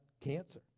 cancer